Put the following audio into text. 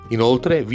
Inoltre